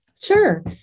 Sure